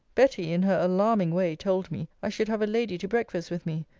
betty, in her alarming way, told me, i should have a lady to breakfast with me,